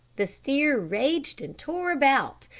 the steer raged and tore about,